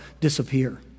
disappear